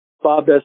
Bob